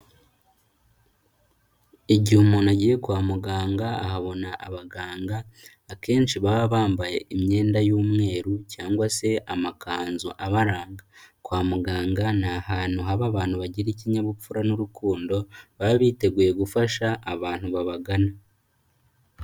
Igihe umuntu agiye kwa muganga ahabona abaganga, akenshi baba bambaye imyenda y'umweru cyangwa se amakanzu abaranga, kwa muganga ni ahantu haba abantu bagira ikinyabupfura n'urukundo, baba biteguye gufasha abantu babagana.